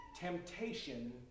temptation